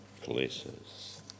places